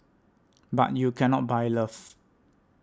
but you cannot buy love